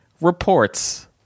reports